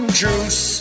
juice